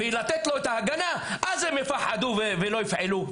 אז הם יפחדו ולא יפעלו.